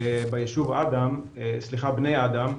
בישוב בני אדם,